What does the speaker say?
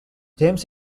james